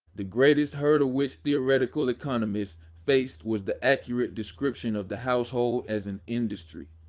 the greatest hurdle which theoretical economists faced was the accurate description of the household as an industry.